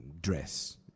dress